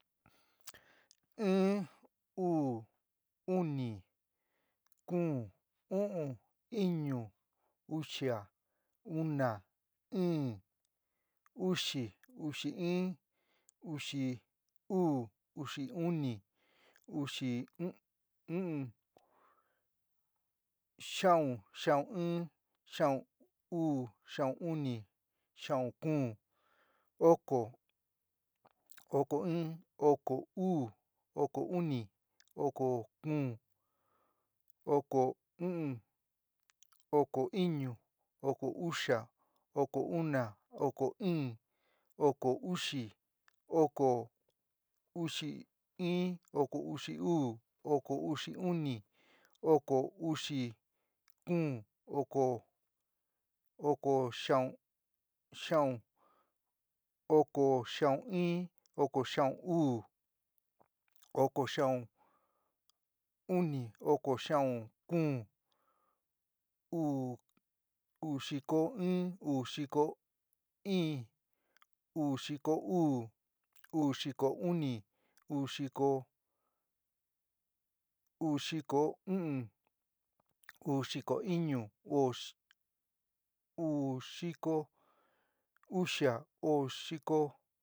In, uu, uni, kuún, u'un. iñu. uxia, una, ɨɨn. uxi, uxi in. uxi uu. uxi uni, uxi kuún, xiaun, xiaún in, xiaún uu, xiaún uni, xiaún kuún, oko, oko in, oko uu, oko uni, oko kuún, oko u'un, oko iñu, oko uxia. oko una, oko ɨɨn. oko uxi, oko uxi in, oko uxi uu, oko uxi uni. oko uxi kuún, oko oko xiaún, oko xiaún in. oko xiaún uu, oko xiaún uni, oko xiaún kuún. uu xiko. uu xiko in. uu xiko uu, uu xiko uni. uu xiko kuún. uu xiko u'un. uu xiko iñu, u- uu xiko uxia. uu xiko